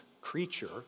creature